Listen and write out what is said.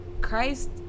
Christ